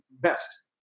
best